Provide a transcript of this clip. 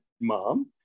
Mom